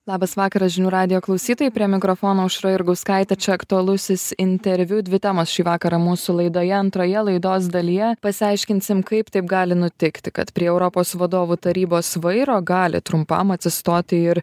labas vakaras žinių radijo klausytojai prie mikrofono aušra jurgauskaitė aktualusis interviu dvi temos šį vakarą mūsų laidoje antroje laidos dalyje pasiaiškinsim kaip taip gali nutikti kad prie europos vadovų tarybos vairo gali trumpam atsistoti ir